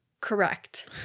Correct